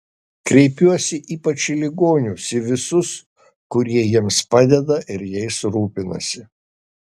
kreipiuosi ypač į ligonius į visus kurie jiems padeda ir jais rūpinasi